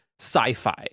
sci-fi